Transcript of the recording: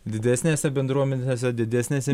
didesnėse bendruomenėse didesnėse